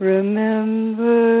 Remember